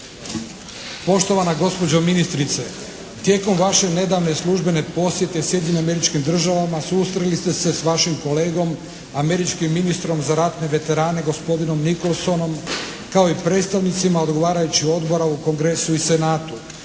Poštovana gospođo ministrice. Tijekom vaše nedavne službene posjete Sjedinjenim Američkim Državama susreli ste se s vašim kolegom američkim ministrom za ratne veterane gospodinom Nicolsonom kao i predstavnicima odgovarajućih odbora u Kongresu i Senatu.